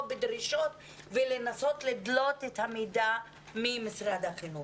בדרישות ולנסות לדלות את המידע ממשרד החינוך?